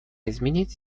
изменить